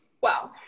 Wow